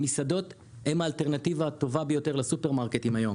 המסעדות הן האלטרנטיבה הטובה ביותר לסופרמרקטים היום.